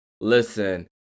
listen